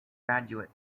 graduate